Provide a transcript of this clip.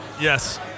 Yes